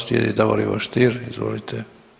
Slijedi Davor Ivo Stier, izvolite.